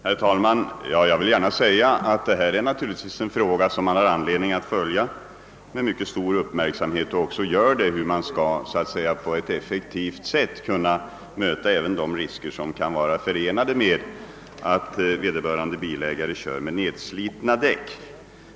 Herr talman! Jag vill gärna säga att vi naturligtvis har all anledning att med mycket stor uppmärksamhet följa frågan hur man på ett effektivt sätt skall möta de risker som kan vara förenade med att bilägare kör med nedslitna däck.